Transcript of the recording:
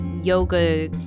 yoga